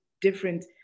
different